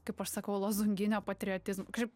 kaip aš sakau lozunginio patriotizm kažkaip